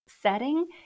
setting